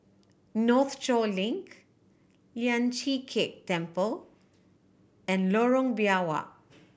Northshore Link Lian Chee Kek Temple and Lorong Biawak